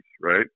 right